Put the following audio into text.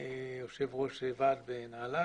יושב-ראש הוועד בנהלל